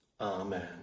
Amen